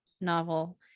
novel